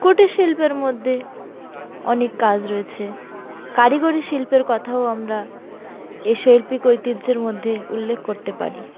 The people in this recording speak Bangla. কুটির শিল্পের মধ্যে অনেক কাজ রয়েছে কারিগরি শিল্পের কথাও আমরা এই শৈল্পিক ঐতিহ্যের মধ্যে উল্লেখ করতে পারি